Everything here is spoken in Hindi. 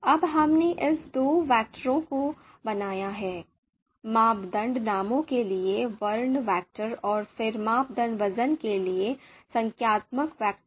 अब हमने इन दो वैक्टरों को बनाया है मापदंड नामों के लिए वर्ण वेक्टर और फिर मापदंड वज़न के लिए संख्यात्मक वेक्टर